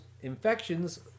infections